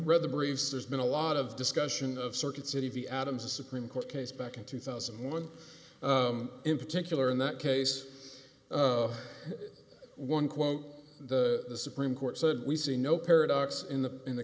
read the briefs there's been a lot of discussion of circuit city v adams a supreme court case back in two thousand and one in particular in that case one quote the supreme court said we see no paradox in the in the